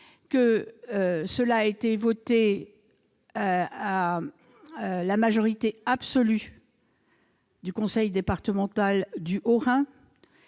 décision a été prise à la majorité absolue du conseil départemental du Haut-Rhin